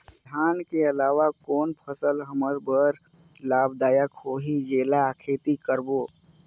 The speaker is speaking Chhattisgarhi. धान के अलावा कौन फसल हमर बर लाभदायक होही जेला खेती करबो?